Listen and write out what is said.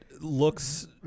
looks